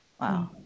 Wow